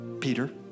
Peter